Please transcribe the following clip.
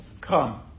Come